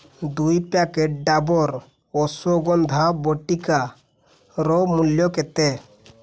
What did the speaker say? ଦୁଇ ପ୍ୟାକେଟ୍ ଡ଼ାବର୍ ଅଶ୍ଵଗନ୍ଧା ବଟିକାର ମୂଲ୍ୟ କେତେ